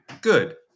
Good